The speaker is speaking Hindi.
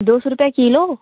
दो सो रुपये किलो